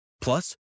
Plus